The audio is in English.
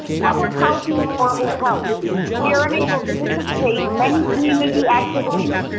public housing or hotels. we are unable to participate many community activities.